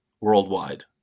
worldwide